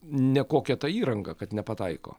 nekokia ta įranga kad nepataiko